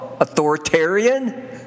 authoritarian